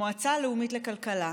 המועצה הלאומית לכלכלה,